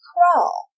Crawl